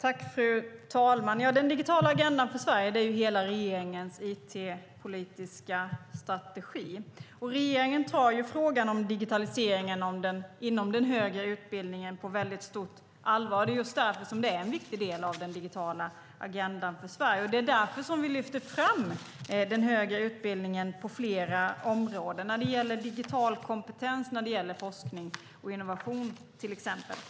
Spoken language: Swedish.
Fru talman! Den digitala agendan för Sverige är hela regeringens it-politiska strategi. Regeringen tar frågan om digitaliseringen inom den högre utbildningen på stort allvar, och det är just därför som den är en viktig del av den digitala agendan för Sverige. Det är därför som vi lyfter fram den högre utbildningen på flera områden, till exempel när det gäller digital kompetens, forskning och innovation.